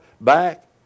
back